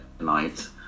night